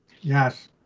Yes